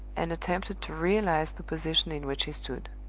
and attempted to realize the position in which he stood.